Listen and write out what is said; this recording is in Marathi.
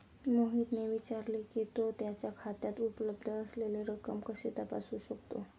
मोहितने विचारले की, तो त्याच्या खात्यात उपलब्ध असलेली रक्कम कशी तपासू शकतो?